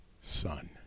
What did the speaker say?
son